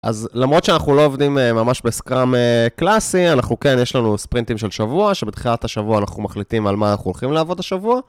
אז למרות שאנחנו לא עובדים ממש בסקראם קלאסי, אנחנו כן יש לנו ספרינטים של שבוע שבתחילת השבוע אנחנו מחליטים על מה אנחנו הולכים לעבוד השבוע